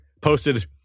posted